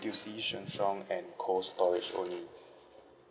N_T_U_C Shengsong and Cold Storage only